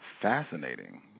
Fascinating